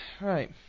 Right